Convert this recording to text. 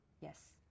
Yes